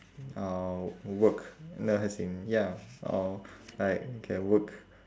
uh work no as in ya uh like can work